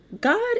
God